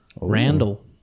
Randall